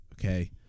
Okay